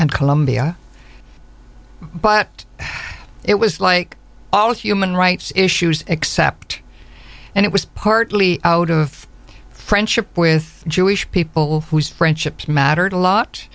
and colombia but it was like all us human rights issues except and it was partly out of friendship with jewish people whose friendships mattered a lot